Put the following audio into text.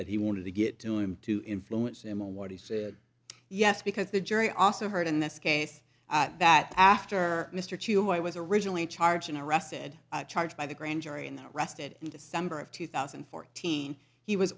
that he wanted to get to him to influence him on what he said yes because the jury also heard in this case that after mr chu i was originally charged and arrested charged by the grand jury and that rested in december of two thousand and fourteen he was